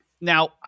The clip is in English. now